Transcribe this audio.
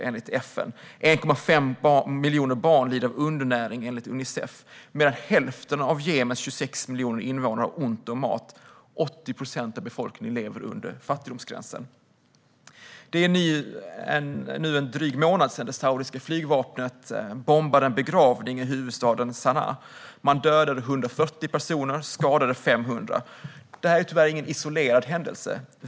Enligt Unicef lider 1,5 miljoner barn av undernäring, och mer än hälften av Jemens 26 miljoner invånare har ont om mat. 80 procent av befolkningen lever under fattigdomsgränsen. För drygt en månad sedan bombade det saudiska flygvapnet en begravning i huvudstaden Sana. Man dödade 140 personer och skadade 500. Det var tyvärr ingen isolerad händelse.